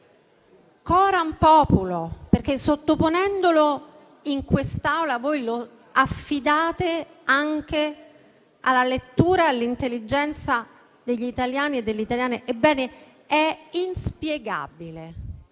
*coram populo*, perché, sottoponendolo in quest'Aula, lo affidate anche alla lettura e all'intelligenza degli italiani e delle italiane, è inspiegabile.